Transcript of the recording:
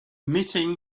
meeting